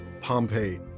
Pompeii